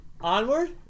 Onward